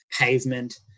pavement